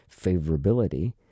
favorability